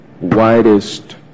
widest